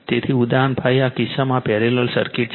તેથી ઉદાહરણ 5 આ કિસ્સામાં આ પેરેલલ સર્કિટ છે